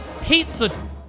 pizza